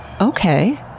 Okay